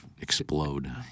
explode